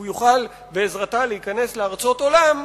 שהוא יוכל בעזרתה להיכנס לארצות עולם,